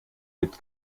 mit